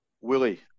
Willie